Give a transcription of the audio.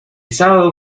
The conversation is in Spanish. sábado